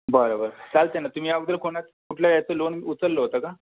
बरं बरं चालतंय ना तुम्ही अगोदर कोणा कुठल्या याचं लोन उचललं होतं का